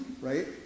right